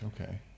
okay